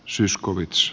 zyskowicz